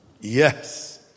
Yes